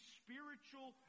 spiritual